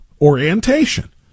orientation